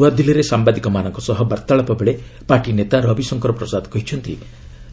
ନ୍ତଆଦିଲ୍ଲୀରେ ସାମ୍ବାଦିକମାନଙ୍କ ସହ ବାର୍ତ୍ତାଳାପ ବେଳେ ପାର୍ଟିନେତା ର ବିଶଙ୍କର ପ୍ରସାଦ କହିଛନ୍ତି